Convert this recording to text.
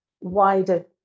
wider